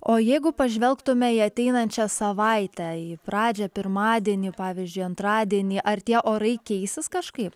o jeigu pažvelgtume į ateinančią savaitę į pradžią pirmadienį pavyzdžiui antradienį ar tie orai keisis kažkaip